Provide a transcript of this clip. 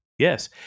Yes